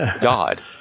God